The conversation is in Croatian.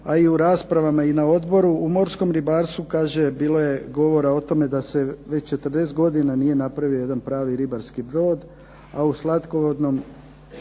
a i u raspravama i na odboru u morskom ribarstvu kaže bilo je govora o tome da se već 40 godina nije napravio jedan pravi ribarski brod, a u slatkovodnom